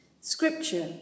Scripture